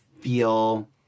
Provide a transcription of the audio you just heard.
feel